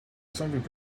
something